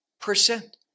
percent